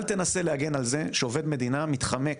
אל תנסה להגן על זה שעובד מדינה מתחמק,